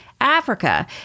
Africa